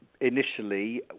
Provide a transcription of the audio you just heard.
initially